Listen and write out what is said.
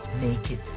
naked